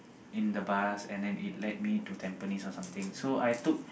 in the bus and then it led me to Tampines or something so I took